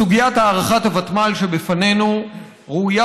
סוגיית הארכת הוותמ"ל שלפנינו ראויה